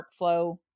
workflow